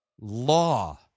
law